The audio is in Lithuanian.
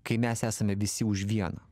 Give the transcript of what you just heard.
kai mes esame visi už vieną